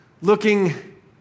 looking